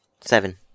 Seven